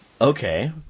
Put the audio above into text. okay